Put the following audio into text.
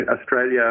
Australia